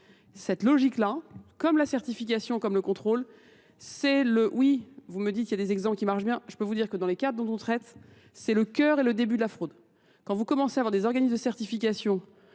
Cette logique-là, comme la certification, comme le contrôle, c'est le... Oui, vous me dites, il y a des exemples qui marchent bien. Je peux vous dire que dans les cas dont on traite, c'est le cœur et le début de la fraude. Quand vous commencez à avoir des organismes de certification